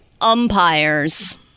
umpires